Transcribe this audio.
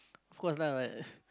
of course lah like